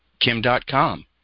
Kim.com